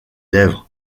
lèvres